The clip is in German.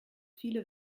viele